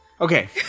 Okay